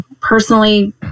personally